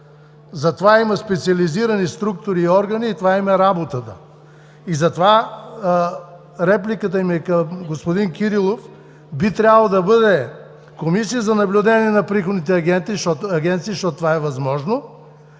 За това има специализирани структури и органи и това им е работата. Затова репликата ми към господин Кирилов би трябвало да бъде – Комисия за наблюдение на приходните агенции – защото това е възможно,